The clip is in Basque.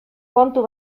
kontu